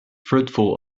fruitful